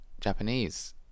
Japanese